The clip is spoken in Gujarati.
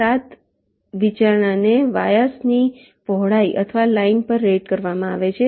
7 વિચારણાને વાયાસ ની પહોળાઈ અથવા લાઇન પર રેટ કરવામાં આવે છે